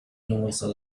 universal